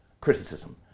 criticism